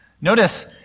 Notice